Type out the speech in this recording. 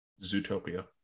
Zootopia